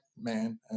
man